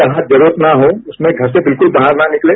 जहां जरूरत न हो उसमें घर से बिल्कुल बाहर न निकलें